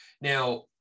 Now